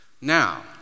Now